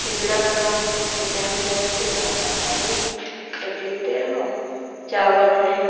पिंजड़ा बनाओ उन्हें टाएम टाएम से दाना पानी सब देते रहो चावल हैं